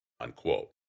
unquote